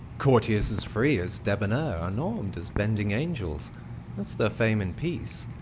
courtiers as free, as debonair, unarm'd, as bending angels that's their fame in peace.